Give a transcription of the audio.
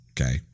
Okay